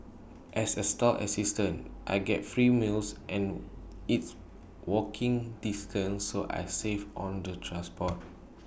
as A stall assistant I get free meals and it's walking distance so I save on the transport